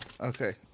Okay